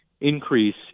increase